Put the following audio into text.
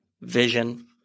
vision